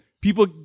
People